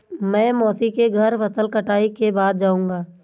मैं मौसी के घर फसल कटाई के बाद जाऊंगा